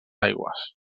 aigües